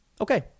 Okay